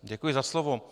Děkuji za slovo.